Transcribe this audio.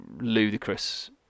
ludicrous